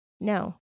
No